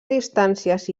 distàncies